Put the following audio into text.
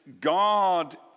God